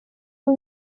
ubu